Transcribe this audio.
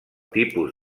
tipus